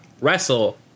wrestle